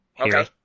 Okay